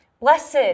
Blessed